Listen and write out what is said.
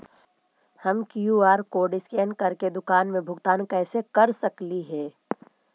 हम QR code scan करके दुकान में भुगतान कैसे कर सकली हे?